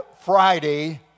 Friday